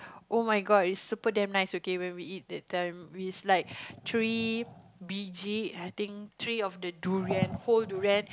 oh-my-god is super damn nice okay when we eat that time it is like three B_G I think three of the durian whole durian